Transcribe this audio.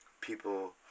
people